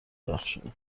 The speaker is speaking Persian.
ببخشند